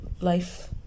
life